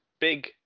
big